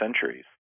centuries